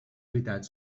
veritat